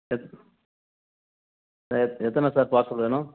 எத் எத் எத்தனை சார் பார்சல் வேணும்